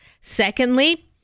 Secondly